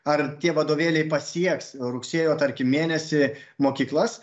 ar tie vadovėliai pasieks rugsėjo tarkim mėnesį mokyklas